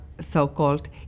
so-called